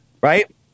right